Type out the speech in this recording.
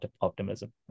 optimism